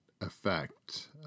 effect